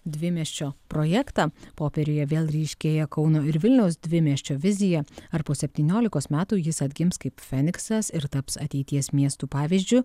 dvimiesčio projektą popieriuje vėl ryškėja kauno ir vilniaus dvimiesčio vizija ar po septyniolikos metų jis atgims kaip feniksas ir taps ateities miestų pavyzdžiu